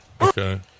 okay